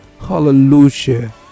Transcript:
Hallelujah